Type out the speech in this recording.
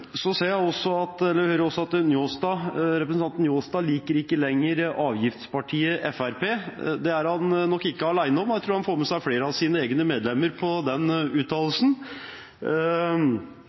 Jeg hører også at representanten Njåstad ikke lenger liker avgiftspartiet Fremskrittspartiet. Det er han nok ikke alene om. Jeg tror han får med seg flere av sine egne medlemmer på den uttalelsen.